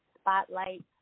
Spotlight